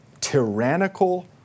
tyrannical